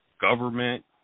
government